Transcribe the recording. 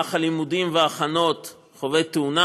במהלך הלימודים וההכנות הוא חווה תאונה,